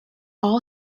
all